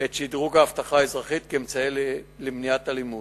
את שדרוג האבטחה האזרחית כאמצעי למניעת אלימות.